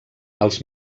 els